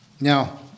Now